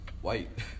white